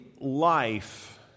life